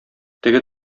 теге